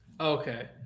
Okay